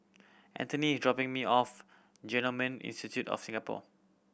Anthony is dropping me off Genome Institute of Singapore